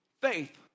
Faith